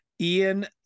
Ian